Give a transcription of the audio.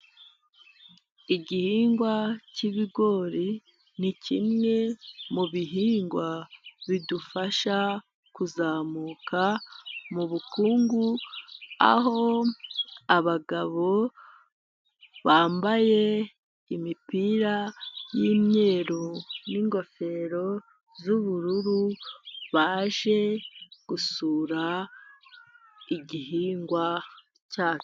Igihingwa k'ibigori ni kimwe mu bihingwa bidufasha kuzamuka mubukungu, aho abagabo bambaye imipira y'imyeru, n'ingofero z'ubururu, baje gusura igihingwa cya...